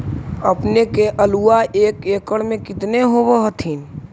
अपने के आलुआ एक एकड़ मे कितना होब होत्थिन?